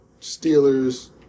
Steelers